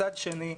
מצד שני,